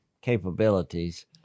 capabilities